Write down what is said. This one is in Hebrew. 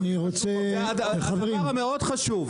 --- מאוד חשוב.